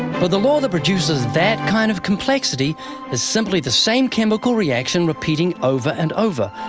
but the law that produces that kind of complexity is simply the same chemical reaction repeating over and over.